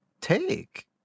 take